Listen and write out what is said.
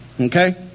okay